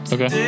Okay